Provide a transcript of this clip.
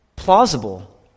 Plausible